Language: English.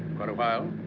quite a while.